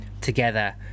together